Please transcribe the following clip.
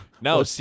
No